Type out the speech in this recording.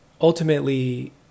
ultimately